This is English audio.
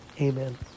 Amen